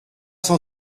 cent